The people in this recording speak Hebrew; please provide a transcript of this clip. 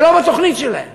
זה לא בתוכנית שלהם